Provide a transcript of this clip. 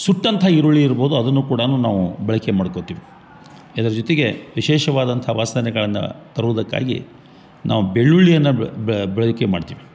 ಸುಟ್ಟಂಥ ಈರುಳ್ಳಿ ಇರ್ಬೋದು ಅದನ್ನು ಕೂಡನು ನಾವು ಬಳಕೆ ಮಾಡ್ಕೊತೀವಿ ಇದ್ರ ಜೊತೆಗೆ ವಿಶೇಷವಾದಂಥ ವಾಸನೆಗಳನ್ನ ತರುವುದಕ್ಕಾಗಿ ನಾವು ಬೆಳ್ಳುಳ್ಳಿಯನ್ನ ಬ ಬಳಕೆ ಮಾಡ್ತೀವಿ